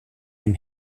dem